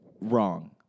Wrong